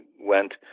went